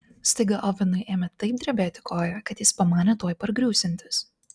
staiga ovenui ėmė taip drebėti koja kad jis pamanė tuoj pargriūsiantis